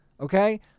okay